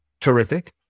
terrific